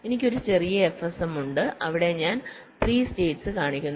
എനിക്ക് ഒരു ചെറിയ FSM ഉണ്ട് അവിടെ ഞാൻ 3 സ്റ്റേറ്റ്സ് കാണിക്കുന്നു